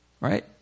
Right